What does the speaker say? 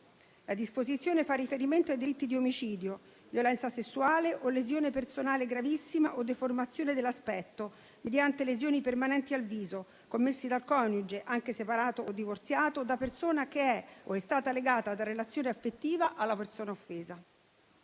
La disposizione fa riferimento ai delitti di omicidio, violenza sessuale o lesione personale gravissima o deformazione dell'aspetto mediante lesioni permanenti al viso commessi dal coniuge, anche separato o divorziato, o da persona che è o è stata legata da relazione affettiva alla persona offesa.